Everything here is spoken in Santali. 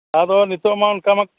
ᱟᱫᱚ ᱱᱤᱛᱚᱜ ᱢᱟ ᱚᱱᱠᱟᱢᱟ